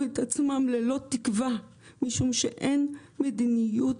את עצמם ללא תקווה משום שאין מדיניות